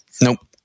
Nope